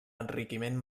enriquiment